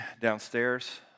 downstairs